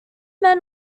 men